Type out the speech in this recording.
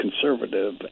conservative